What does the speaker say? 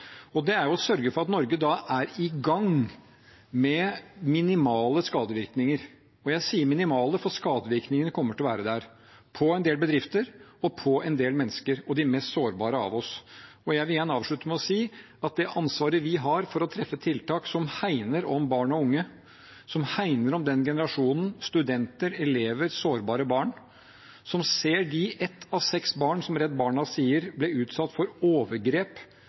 Det er å sørge for at Norge da er i gang, med minimale skadevirkninger. Jeg sier minimale, for skadevirkningene kommer til å være der, for en del bedrifter og for en del mennesker, og for de mest sårbare av oss. Jeg vil avslutte med å si at det ansvaret vi har for å treffe tiltak som hegner om barn og unge, som hegner om den generasjonen – studenter, elever, sårbare barn – som ser de ett av seks barn som Redd Barna sier ble utsatt for overgrep